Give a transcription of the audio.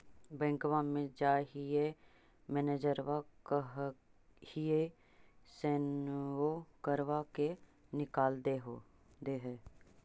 बैंकवा मे जाहिऐ मैनेजरवा कहहिऐ सैनवो करवा के निकाल देहै?